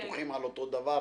ביטוחים על אותו הדבר,